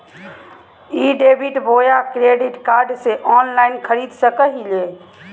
ई debit बोया credit card से online खरीद सको हिए?